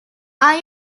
are